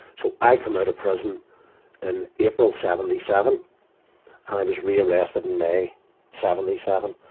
so i come out of prison in april seventy seven and i was re-arrested in may seventy seven.